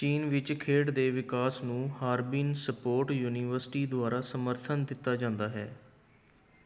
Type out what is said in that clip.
ਚੀਨ ਵਿੱਚ ਖੇਡ ਦੇ ਵਿਕਾਸ ਨੂੰ ਹਾਰਬਿਨ ਸਪੋਰਟ ਯੂਨੀਵਰਸਿਟੀ ਦੁਆਰਾ ਸਮਰਥਨ ਦਿੱਤਾ ਜਾਂਦਾ ਹੈ